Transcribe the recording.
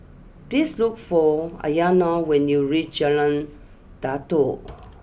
please look for Aryana when you reach Jalan Datoh